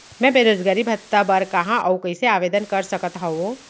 मैं बेरोजगारी भत्ता बर कहाँ अऊ कइसे आवेदन कर सकत हओं?